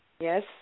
Yes